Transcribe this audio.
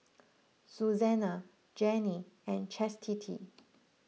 Susannah Janine and Chastity